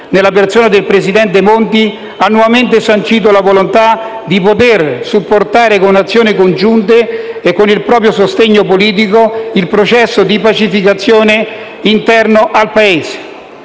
nella persona del presidente Monti, ha nuovamente sancito la volontà di voler supportare con azioni congiunte e con il proprio sostegno politico il processo di pacificazione interno al Paese.